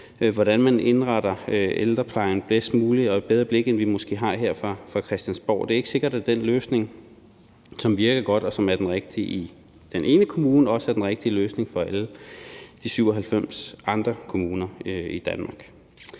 hvordan man indretter ældreplejen bedst muligt, og et bedre blik for det, end vi måske har her fra Christiansborgs side. Det er ikke sikkert, at den løsning, som virker godt, og som er den rigtige i den ene kommune, også er den rigtige løsning for alle de 97 andre kommuner i Danmark.